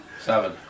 Seven